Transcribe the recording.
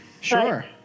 Sure